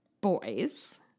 boys